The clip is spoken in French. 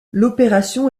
l’opération